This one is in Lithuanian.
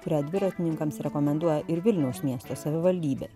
kuria dviratininkams rekomenduoja ir vilniaus miesto savivaldybė